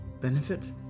benefit